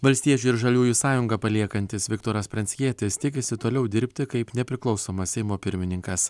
valstiečių ir žaliųjų sąjungą paliekantis viktoras pranckietis tikisi toliau dirbti kaip nepriklausomas seimo pirmininkas